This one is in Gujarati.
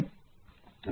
Student